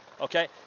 Okay